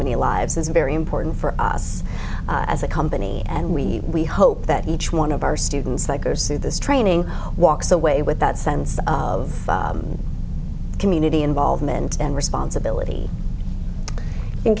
many lives is very important for us as a company and we we hope that each one of our students likers through this training walks away with that sense of community involvement and responsibility i